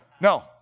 no